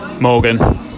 Morgan